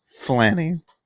Flanny